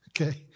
Okay